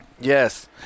Yes